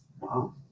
Wow